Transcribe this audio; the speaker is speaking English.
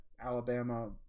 Alabama